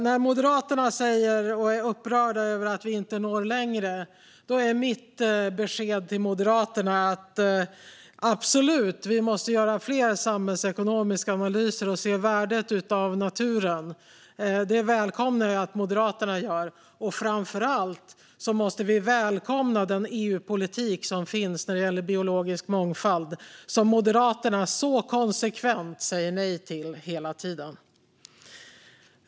När Moderaterna är upprörda över att vi inte når längre är mitt besked till dem att vi absolut måste göra fler samhällsekonomiska analyser och se värdet av naturen. Det välkomnar jag att Moderaterna gör. Men framför allt måste vi välkomna den EU-politik som finns när det gäller biologisk mångfald, en politik som Moderaterna så konsekvent säger nej till.